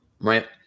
Right